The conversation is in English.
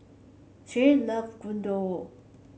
Shay love Gyudon